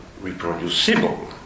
reproducible